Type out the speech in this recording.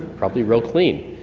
probably real clean.